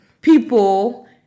people